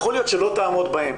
יכול להיות שלא תעמוד בהם,